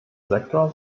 sektor